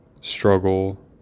struggle